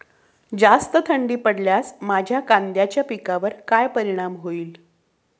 जास्त थंडी पडल्यास माझ्या कांद्याच्या पिकावर काय परिणाम होईल?